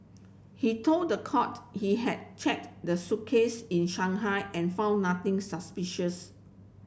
he told the court he had checked the suitcase in Shanghai and found nothing suspicious